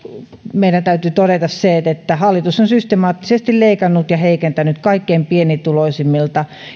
meidän täytyy todeta että hallitus on systemaattisesti leikannut ja heikentänyt kaikkein pienituloisimmilta